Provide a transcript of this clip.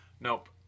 nope